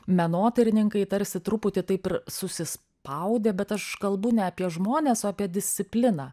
menotyrininkai tarsi truputį taip ir susispaudę bet aš kalbu ne apie žmones o apie discipliną